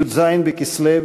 י"ז בכסלו,